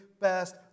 best